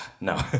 No